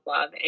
love